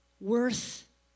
worth